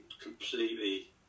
completely